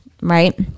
Right